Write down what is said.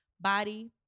Body